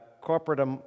corporate